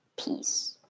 Peace